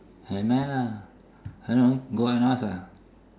never mind lah I don't know go and ask ah